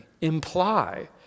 imply